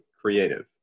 creative